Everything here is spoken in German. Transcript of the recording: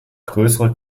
größere